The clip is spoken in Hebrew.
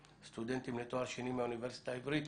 סטודנטים לתואר שני מהאוניברסיטה העברית